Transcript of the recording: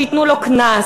שייתנו לו קנס.